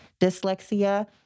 dyslexia